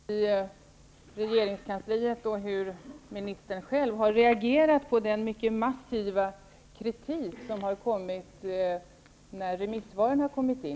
Fru talman! Jag skall be att få ställa följande frågor med anledning av informationen. Den första frågan gäller hur man i regeringskansliet och hur ministern själv har reagerat på den mycket massiva kritik i de remissvar som inkommit.